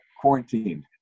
quarantined